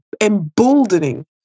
emboldening